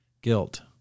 guilt